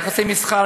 יחסי מסחר.